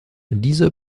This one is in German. dieser